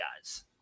guys